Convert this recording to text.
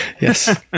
yes